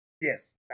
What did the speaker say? Yes